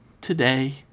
Today